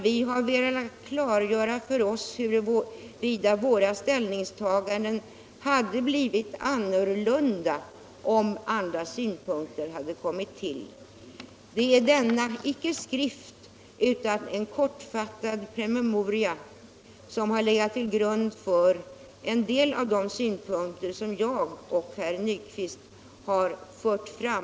Vi har velat klargöra för oss huruvida våra ställningstaganden skulle ha blivit annorlunda, om andra synpunkter hade kommit till. Det är icke en skrift utan en kortfattad promemoria som har legat till grund för en del av de synpunkter som jag och herr Nyquist fört fram.